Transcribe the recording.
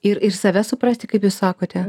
ir ir save suprasti kaip jūs sakote